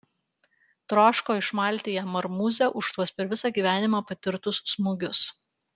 troško išmalti jam marmūzę už tuos per visą gyvenimą patirtus smūgius